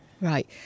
Right